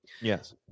Yes